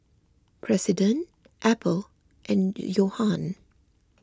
President Apple and Johan